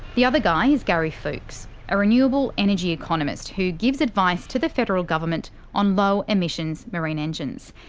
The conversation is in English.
the other guy is gary fooks a renewable energy economist who gives advice to the federal government on low emissions marine engines.